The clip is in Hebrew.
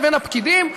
לבין הפקידים,